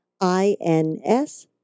I-N-S